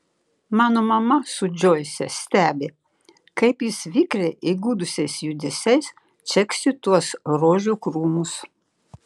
mano mama su džoise stebi kaip jis vikriai įgudusiais judesiais čeksi tuos rožių krūmus